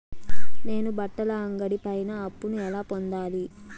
నేను బట్టల అంగడి పైన అప్పును ఎలా పొందాలి?